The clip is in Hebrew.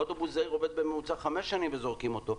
אוטובוס זעיר עובד בממוצע חמש שנים וזורקים אותו.